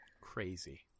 Crazy